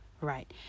Right